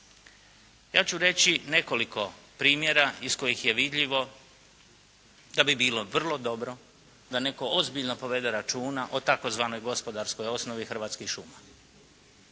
Ja ću reći nekoliko primjera iz kojih je vidljivo da bi bilo vrlo dobro da netko ozbiljno povede računa o tzv. gospodarskoj osnovi Hrvatskih šuma.